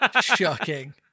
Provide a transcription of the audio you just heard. Shocking